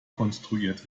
konstruiert